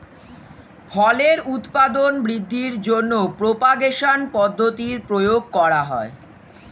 ফলের উৎপাদন বৃদ্ধির জন্য প্রপাগেশন পদ্ধতির প্রয়োগ করা হয়